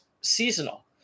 seasonal